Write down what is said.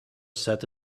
sat